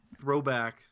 throwback